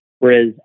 Whereas